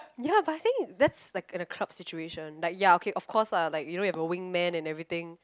ya but I think that's like in a club situation like ya okay of course ah you know you have a wingman and everything